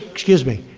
excuse me.